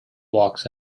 walks